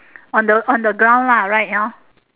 on the on the ground lah right hor